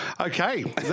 Okay